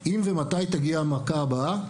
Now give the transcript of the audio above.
ומתי תגיע המכה הבאה.